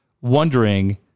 wondering